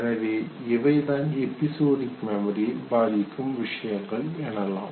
எனவே இவைதான் எபிசொடிக் மெமரியை பாதிக்கும் விஷயங்கள் எனலாம்